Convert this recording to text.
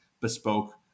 bespoke